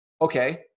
Okay